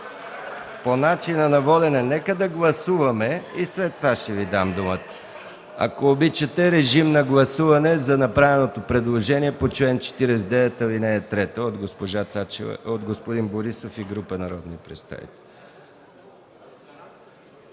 По начина на водене искате. Нека да гласуваме и след това ще Ви дам думата. Режим на гласуване за направеното предложение по чл. 49, ал. 3 от господин Борисов и група народни представители.